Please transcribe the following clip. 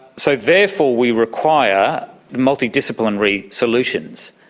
so therefore we require multidisciplinary solutions.